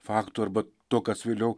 faktų arba to kas vėliau